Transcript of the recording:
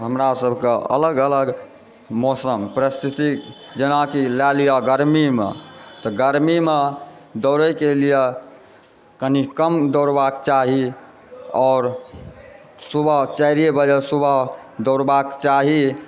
हमरा सबकऽ अलग अलग मौसम परिस्थितिके जेनाकि लए लियऽ गर्मी के तऽ गर्मीमे दौड़ैके लिए कनि कम दौड़बाक चाही आओर सुबह चारिये बजे सुबह दौड़बाक चाही